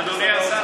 אדוני השר,